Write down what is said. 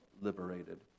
liberated